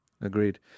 Agreed